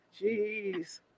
Jeez